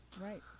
right